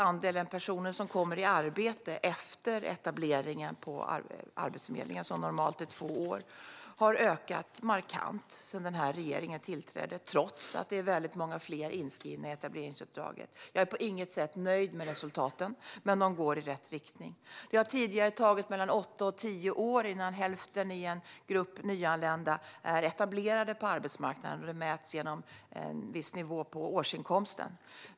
Andelen personer som kommer i arbete efter etableringen på Arbetsförmedlingen, som normalt är två år, har också ökat markant sedan den här regeringen tillträdde, trots att väldigt många fler är inskrivna i etableringsuppdraget. Jag är på inget sätt nöjd med resultaten. Men det går i rätt riktning. Det har tidigare tagit mellan åtta och tio år innan hälften i en grupp nyanlända är etablerade på arbetsmarknaden, och det mäts genom en viss nivå på årsinkomsten.